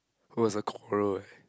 it was a quarrel eh